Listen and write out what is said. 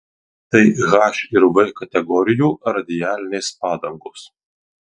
tai h ir v kategorijų radialinės padangos